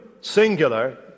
singular